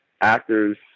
actors